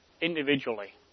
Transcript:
individually